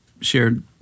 shared